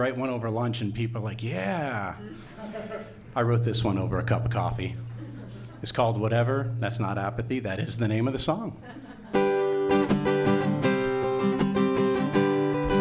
write one over lunch and people like yeah i wrote this one over a cup of coffee it's called whatever that's not up at the that is the name of the song